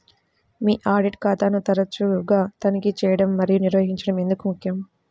మీ audit ఖాతాను తరచుగా తనిఖీ చేయడం మరియు నిర్వహించడం ఎందుకు ముఖ్యం?